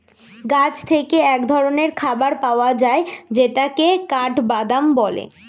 গাছ থেকে এক ধরনের খাবার পাওয়া যায় যেটাকে কাঠবাদাম বলে